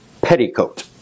petticoat